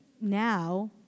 now